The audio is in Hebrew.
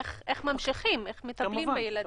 איך ממשיכים, איך מטפלים בילדים?